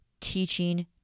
teaching